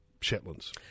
Shetlands